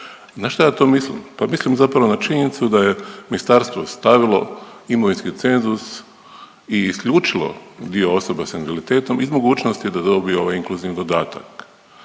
Na šta ja to mislim? Pa mislim zapravo na činjenicu da je ministarstvo stavilo imovinski cenzus i isključilo dio osoba s invaliditetom iz mogućnosti da dobiju ovaj inkluzivni dodatak.